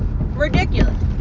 ridiculous